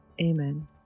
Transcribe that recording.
Amen